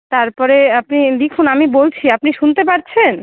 তার পরে আপনি লিখুন আমি বলছি আপনি শুনতে পাচ্ছেন